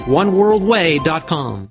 oneworldway.com